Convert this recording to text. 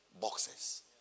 Boxes